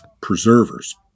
preservers